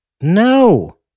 No